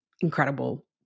incredible